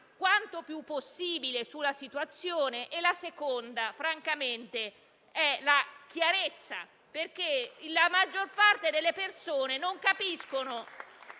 quanto più possibile, sulla situazione e la seconda è la chiarezza, perché la maggior parte delle persone non capisce.